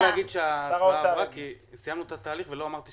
האם אני יכול להגיד שההצבעה עברה כי סיימתי את ההליך לא אמרתי?